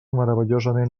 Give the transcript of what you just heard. meravellosament